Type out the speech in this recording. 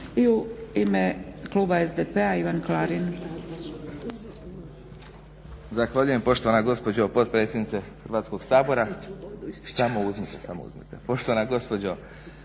I u ime kluba SDP-a Ivan Klarin.